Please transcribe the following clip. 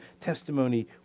testimony